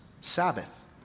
Sabbath